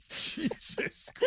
Jesus